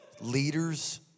leaders